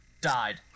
died